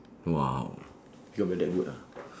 !wow! hear got that good ah